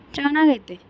ಚೆನ್ನಾಗೈತೆ